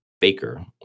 Baker